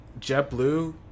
JetBlue